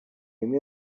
imwe